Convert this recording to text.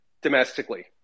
domestically